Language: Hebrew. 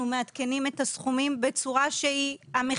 אנחנו מעדכנים את הסכומים עם המחירים